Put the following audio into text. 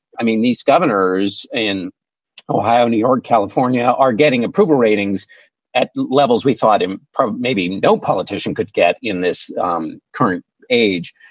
i mean, these governors in ohio, new york, california are getting approval ratings at levels we thought maybe no politician could get in this um current age.